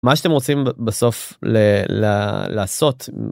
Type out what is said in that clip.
מה שאתם רוצים בסוף לעשות.